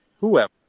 whoever